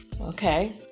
okay